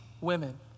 women